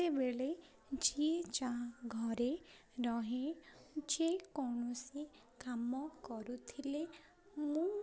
କେତେବେଳେ ଯିଏ ଯାହା ଘରେ ରହେ ଯେକୌଣସି କାମ କରୁଥିଲେ ମୁଁ